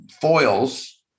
foils